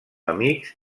amics